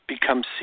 become